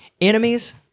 Enemies